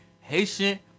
Haitian